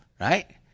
right